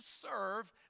serve